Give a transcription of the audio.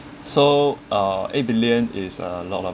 so uh a billion is a lot of